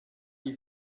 you